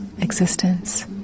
existence